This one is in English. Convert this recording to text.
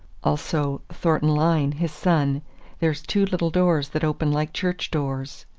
also thornton lyne, his son there's two little doors that open like church doors.